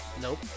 Nope